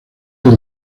del